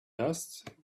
dust